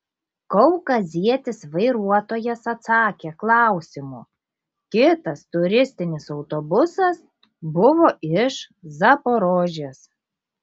kaukazietis vairuotojas atsakė klausimu kitas turistinis autobusas buvo iš zaporožės